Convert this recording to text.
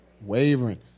Wavering